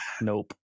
nope